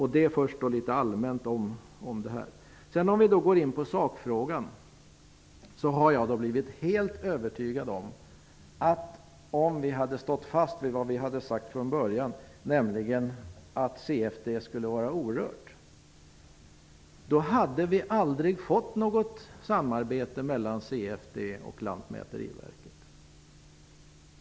I själva sakfrågan har jag blivit helt övertygad om att vi aldrig hade fått något samarbete mellan CFD och Lantmäteriverket om vi hade stått fast vid det vi sade från början, nämligen att CFD skulle förbli orört.